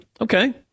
Okay